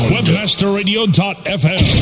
WebmasterRadio.fm